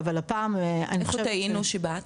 אבל הפעם -- איפה טעינו שבאת?